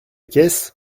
caisse